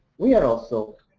we are also